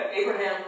Abraham